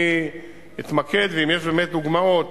אני אתמקד, ואם יש באמת דוגמאות